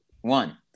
one